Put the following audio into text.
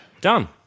Done